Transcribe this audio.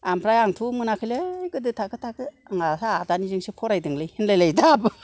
आमफ्राय आंथ' मोनाखैलै गोदो थाखो थांखो आंहाथ' आदानिजोंसो फरायदोंलै होनलायलायो